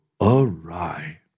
awry